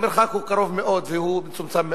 המרחק הוא קרוב מאוד והוא מצומצם מאוד.